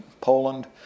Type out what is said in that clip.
Poland